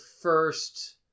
first